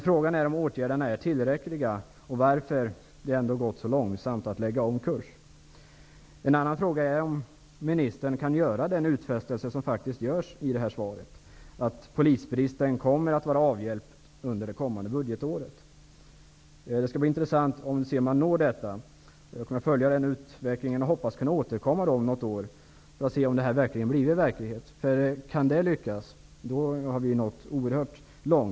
Frågan är ändå om åtgärderna är tillräckliga och varför det har gått så långsamt att lägga om kurs. En annan fråga är om ministern kan göra den utfästelse som faktiskt görs i det här svaret, nämligen att polisbristen kommer att vara avhjälpt under det kommande budgetåret. Det skall bli intressant att se om man når upp till detta. Jag kommer att följa den utvecklingen och hoppas kunna återkomma om något år för att se om detta verkligen har blivit verklighet. Kan det målet uppnås, har vi nått oerhört långt.